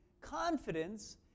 confidence